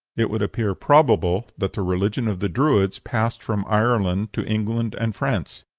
it would appear probable that the religion of the druids passed from ireland to england and france.